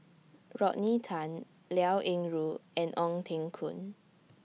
Rodney Liao Yingru and Ong Teng Koon